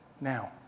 Now